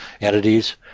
entities